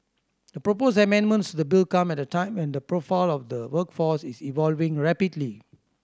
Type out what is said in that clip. the proposed amendments the bill come at a time and the profile of the workforce is evolving rapidly